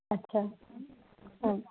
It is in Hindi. अच्छा